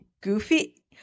Goofy